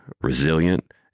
resilient